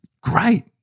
great